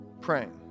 Praying